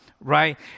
right